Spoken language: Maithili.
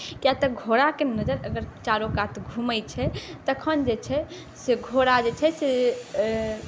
किएक तऽ घोड़ाके नजरि अगर चारूकात घुमै छै तखन जे छै से घोड़ा जे छै से